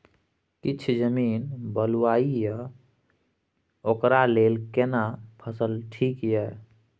किछ जमीन बलुआही ये ओकरा लेल केना फसल ठीक ये?